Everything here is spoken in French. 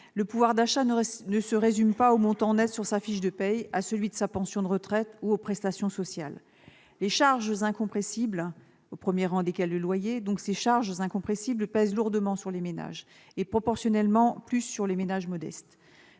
Le pouvoir d'achat ne se résume pas au montant net sur sa fiche de paye, à celui de sa pension de retraite ou aux prestations sociales. Les charges incompressibles, au premier rang desquelles le loyer, pèsent lourdement sur les ménages, et proportionnellement plus sur les ménages modestes.